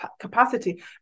capacity